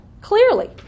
Clearly